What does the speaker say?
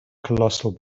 colossal